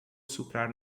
soprar